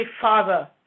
Father